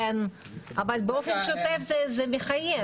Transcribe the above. אבל "באופן שוטף" זה מחייב.